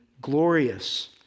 glorious